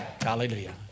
Hallelujah